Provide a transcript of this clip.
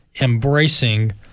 embracing